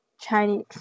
Chinese